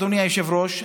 אדוני היושב-ראש,